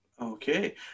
okay